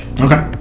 Okay